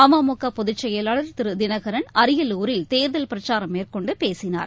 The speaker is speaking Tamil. அமமுக பொதுச் செயலாளர் திரு தினகரன் அரியலூரில் தேர்தல் பிரச்சாரம் மேற்கொண்டு பேசினார்